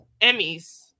Emmys